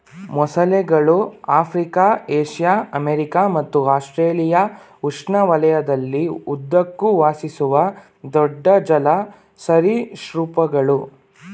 ಮೊಸಳೆಗಳು Africa Asia America ಮತ್ತು Australia ಉಷ್ಣವಲಯದಲ್ಲಿ ಉದ್ದಕ್ಕೂ ವಾಸಿಸುವ ದೊಡ್ಡ ಜಲ ಸರೀಸೃಪಗಳು